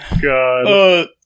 God